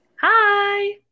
Hi